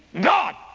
God